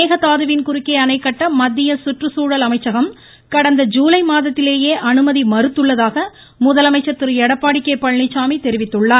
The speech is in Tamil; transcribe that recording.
மேகதாதுவின் குறுக்கே அணைகட்ட மத்திய சுற்றுச்சூழல் அமைச்சகம் கடந்த ஜுலை மாதத்திலேயே அனுமதி மறுத்துள்ளதாக முதலமைச்சர் திரு எடப்பாடி கே பழனிச்சாமி தெரிவித்துள்ளார்